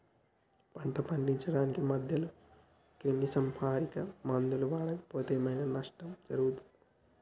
పంట పండించడానికి మధ్యలో క్రిమిసంహరక మందులు వాడకపోతే ఏం ఐనా నష్టం జరుగుతదా?